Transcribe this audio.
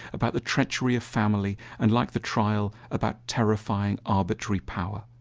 about the treachery of family and, like the trial, about terrifying arbitrary power.